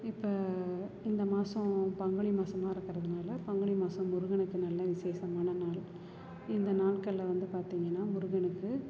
இப்போ இந்த மாதம் பங்குனி மாதமா இருக்கிறதுனால பங்குனி மாதம் முருகனுக்கு நல்ல விசேஷமான நாள் இந்த நாட்களில் வந்து பார்த்தீங்கன்னா முருகனுக்கு